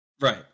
right